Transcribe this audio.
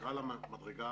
נקרא למדרגה